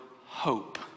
hope